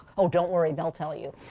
oh, don't worry, they'll tell you.